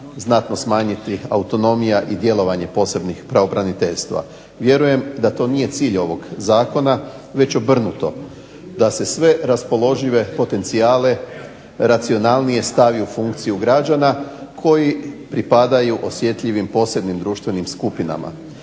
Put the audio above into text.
znatno smanjiti autonomija i djelovanje posebnih pravobraniteljstava. Vjerujem da to nije cilj ovog zakona već obrnuto, da se sve raspoložive potencijale racionalnije stavi u funkciju građana koji pripadaju osjetljivim posebnim društvenim skupinama.